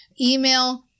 Email